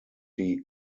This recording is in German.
die